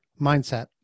mindset